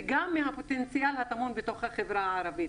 וגם מהפוטנציאל הטמון בתוך החברה הערבית.